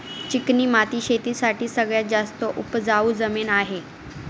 चिकणी माती शेती साठी सगळ्यात जास्त उपजाऊ जमीन आहे